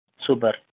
super